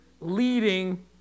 leading